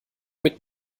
mit